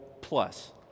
plus